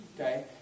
Okay